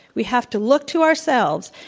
we have to look to ourselves.